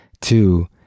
Two